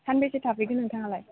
सानबेसे थाफैगोन नोंथाङालाय